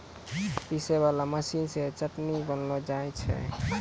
पीसै वाला मशीन से चटनी बनैलो जाय छै